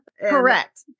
Correct